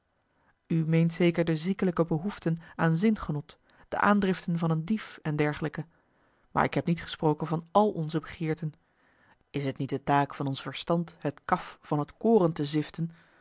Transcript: meent zeker de ziekelijke behoeften aan zinmarcellus emants een nagelaten bekentenis genot de aandriften van een dief en dergelijken maar ik heb niet gesproken van al onze begeerten is t niet de taak van ons verstand het kaf van het koren te ziften